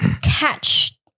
catch